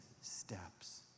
steps